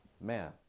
man